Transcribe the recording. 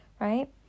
right